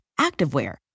activewear